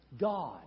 God